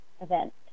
event